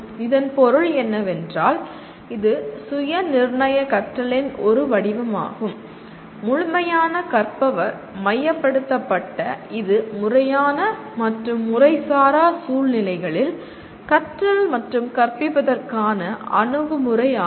இதன் பொருள் என்னவென்றால் இது சுயநிர்ணயக் கற்றலின் ஒரு வடிவமாகும் முழுமையான கற்பவர் மையப்படுத்தப்பட்ட இது முறையான மற்றும் முறைசாரா சூழ்நிலைகளில் கற்றல் மற்றும் கற்பிப்பதற்கான அணுகுமுறையாகும்